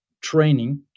training